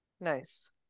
Nice